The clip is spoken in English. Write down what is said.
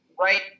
right